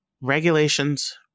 regulations